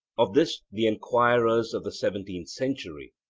of this the enquirers of the seventeenth century,